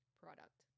product